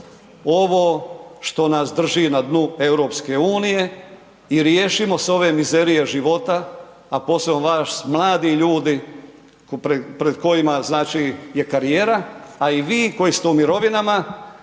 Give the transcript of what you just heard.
ovo što nas drži na dnu EU i riješimo se ove mizerije života, a posebno vas, mladi ljudi pred kojima je, znači karijera, a i vi koji ste u mirovinama,